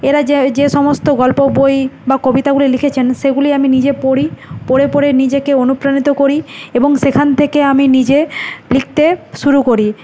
এরা যে যে সমস্ত গল্প বই বা কবিতাগুলি লিখেছেন সেগুলি আমি নিজে পড়ি পড়ে পড়ে নিজেকে অনুপ্রাণিত করি এবং সেখান থেকে আমি নিজে লিখতে শুরু করি